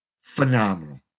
phenomenal